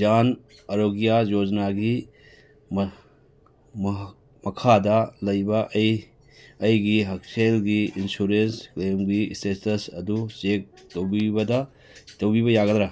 ꯖꯥꯟ ꯑꯔꯣꯒ꯭ꯌꯥ ꯌꯣꯖꯅꯥꯒꯤ ꯃꯈꯥꯗ ꯂꯩꯕ ꯑꯩ ꯑꯩꯒꯤ ꯍꯛꯁꯦꯜꯒꯤ ꯏꯟꯁꯨꯔꯦꯟꯁ ꯀ꯭ꯂꯦꯝꯒꯤ ꯏꯁꯇꯦꯇꯁ ꯑꯗꯨ ꯆꯦꯛ ꯇꯧꯕꯤꯕꯗ ꯇꯧꯕꯤꯕ ꯌꯥꯒꯗ꯭ꯔꯥ